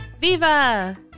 Viva